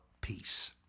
peace